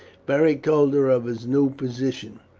beric told her of his new position.